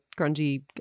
grungy